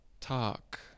talk